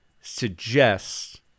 suggests